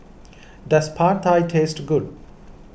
does Pad Thai taste good